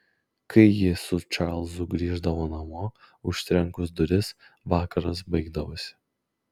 kai ji su čarlzu grįždavo namo užtrenkus duris vakaras baigdavosi